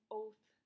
oath